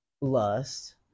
lust